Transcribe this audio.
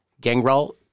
Gangrel